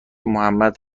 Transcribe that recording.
محمد